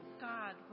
God